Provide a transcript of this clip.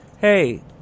hey